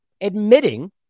admitting